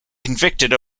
convicted